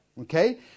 Okay